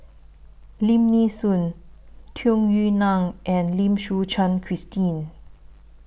Lim Nee Soon Tung Yue Nang and Lim Suchen Christine